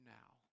now